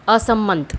અસંમત